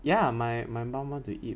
ya my my mum want to eat